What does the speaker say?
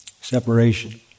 separation